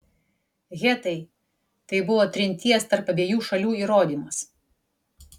hetai tai buvo trinties tarp abiejų šalių įrodymas